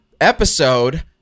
Episode